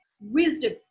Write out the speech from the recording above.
Wisdom